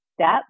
step